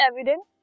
evident